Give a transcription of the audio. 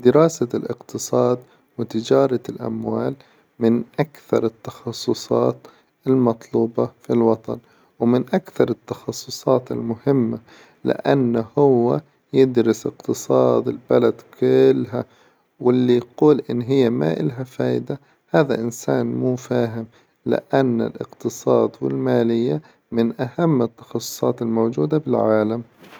دراسة الاقتصاد وتجارة الأموال من أكثر التخصصات المطلوبة في الوطن، ومن أكثر التخصصات المهمة لأن هو يدرس اقتصاد البلد كلها وإللي يقول إن هي ما لها فايدة هذا إنسان مو فاهم لأن الاقتصاد والمالية من أهم التخصصات الموجودة بالعالم.